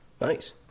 Nice